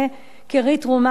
קרי תרומה מן המת,